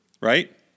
Right